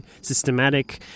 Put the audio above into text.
systematic